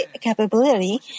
capability